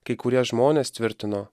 kai kurie žmonės tvirtino